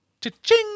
cha-ching